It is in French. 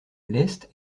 leste